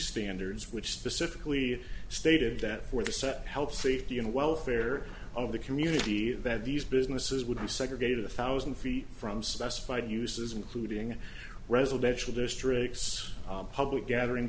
standards which specifically stated that were set up help safety and welfare of the community that these businesses would have segregated a thousand feet from specified uses including residential districts public gathering